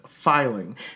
filing